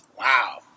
Wow